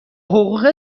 حقوق